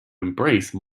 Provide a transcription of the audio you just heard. embrace